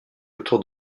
autour